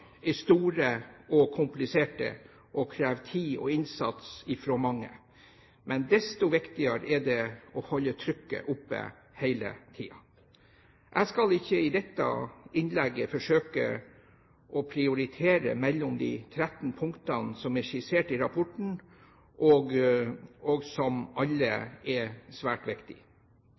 er store og kompliserte og krever tid og innsats fra mange, men desto viktigere er det å holde trykket oppe hele tiden. Jeg skal ikke i dette innlegget forsøke å prioritere mellom de 13 punktene som er skissert i rapporten, og som alle er svært